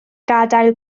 gadael